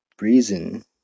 reason